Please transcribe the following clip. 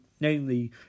namely